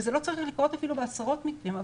וזה לא צריך לקרות אפילו בעשרות מקרים,